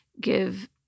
give